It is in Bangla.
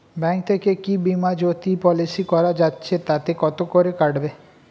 ব্যাঙ্ক থেকে কী বিমাজোতি পলিসি করা যাচ্ছে তাতে কত করে কাটবে?